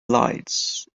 lights